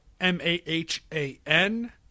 M-A-H-A-N